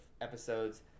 episodes